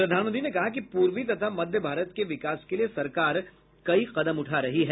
प्रधानमंत्री ने कहा कि पूर्वी तथा मध्य भारत के विकास के लिए सरकार कई कदम उठा रही है